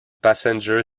passenger